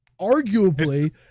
arguably